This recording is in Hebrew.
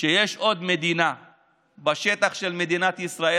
שיש עוד מדינה בשטח הקטן של מדינת ישראל